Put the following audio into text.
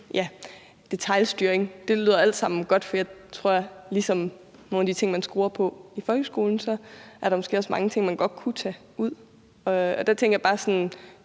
alt sammen godt. Jeg tror, at ligesom med de ting, man skruer på, i folkeskolen, er der måske også mange ting, man godt kunne tage ud her. Så tænker jeg bare: Kunne